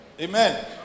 Amen